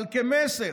אבל כמסר,